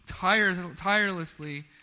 tirelessly